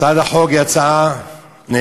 הצעת החוק היא הצעה נהדרת,